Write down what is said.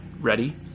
ready